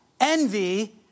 Envy